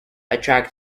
attract